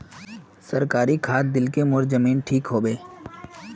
सरकारी खाद दिल की मोर जमीन ठीक होबे?